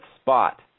spot